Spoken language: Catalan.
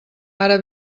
ara